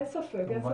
אין ספק.